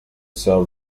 sell